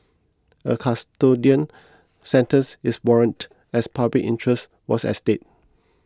a custodial sentence is warranted as public interest was at stake